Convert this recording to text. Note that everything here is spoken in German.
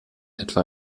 etwa